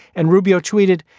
and rubio tweeted.